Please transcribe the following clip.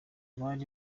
bari